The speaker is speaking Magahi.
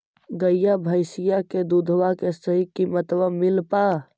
गईया भैसिया के दूधबा के सही किमतबा मिल पा?